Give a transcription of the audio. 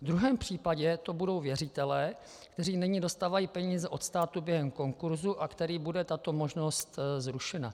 V druhém případě to budou věřitelé, kteří nyní dostávají peníze od státu během konkurzu a kterým bude tato možnost zrušena.